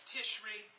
Tishri